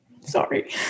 sorry